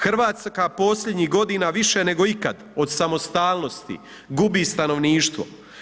Hrvatska posljednjih godina više nego ikad od samostalnosti gubi stanovništvo.